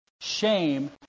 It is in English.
shame